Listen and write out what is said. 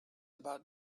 about